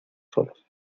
solos